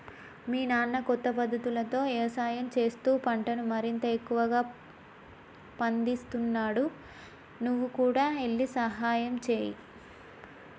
మీ నాన్న కొత్త పద్ధతులతో యవసాయం చేస్తూ పంటను మరింత ఎక్కువగా పందిస్తున్నాడు నువ్వు కూడా ఎల్లి సహాయంచేయి